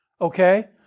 Okay